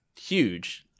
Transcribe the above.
huge